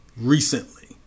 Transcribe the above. recently